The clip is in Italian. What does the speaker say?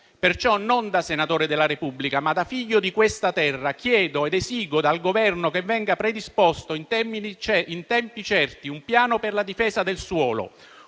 Perciò, non da senatore della Repubblica, ma da figlio di questa terra, chiedo ed esigo dal Governo che venga predisposto in tempi certi un piano per la difesa del suolo,